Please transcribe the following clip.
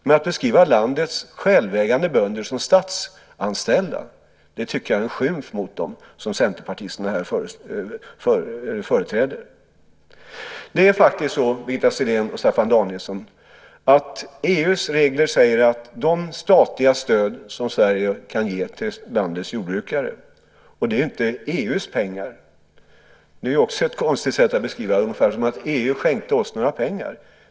Men att beskriva landets självägande bönder som statsanställda är, tycker jag, en skymf mot dem som centerpartisterna här företräder. Det är EU:s regler som säger när de statliga stöd som Sverige kan ge till landets jordbrukare ska betalas ut. Det är inte EU:s pengar. Det är också ett konstigt sätt att beskriva det här - ungefär som om EU skänkte oss några pengar.